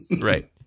Right